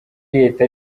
leta